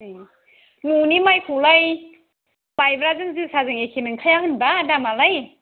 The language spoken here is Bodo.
ए न'नि माइखौलाय माइब्राजों जोसाजों एखे नोंखाया होनबा दामालाय